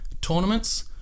tournaments